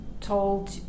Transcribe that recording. told